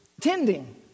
tending